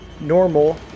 Normal